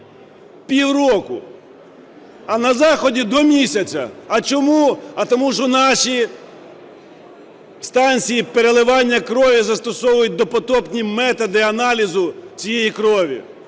півроку, а на Заході – до місяця. А чому? А тому що наші станції переливання крові застосовують допотопні методи аналізу цієї крові.